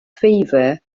fever